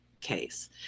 case